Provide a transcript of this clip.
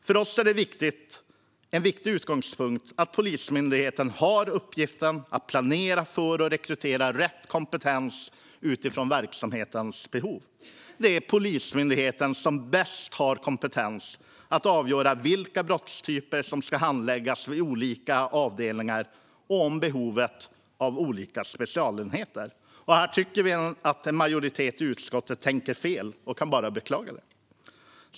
För oss är det en viktig utgångspunkt att Polismyndigheten har uppgiften att planera och rekrytera rätt kompetens utifrån verksamhetens behov. Det är Polismyndigheten som har bäst kompetens att avgöra vilka brottstyper som ska handläggas av olika avdelningar och bedöma behovet av olika specialenheter. Här tycker vi att en majoritet i utskottet tänker fel. Vi kan bara beklaga det.